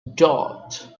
doth